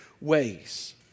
ways